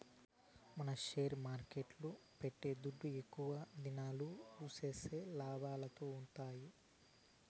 మనం షేర్ మార్కెట్ల పెట్టే దుడ్డు ఎక్కువ దినంల ఉన్సిస్తేనే లాభాలొత్తాయి